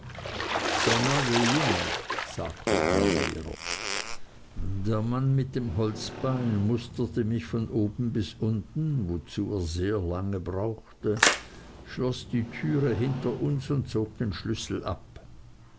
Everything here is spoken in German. der neue junge sagte der lehrer der mann mit dem holzbein musterte mich von oben bis unten wozu er sehr lange brauchte schloß die türe hinter uns und zog den schlüssel ab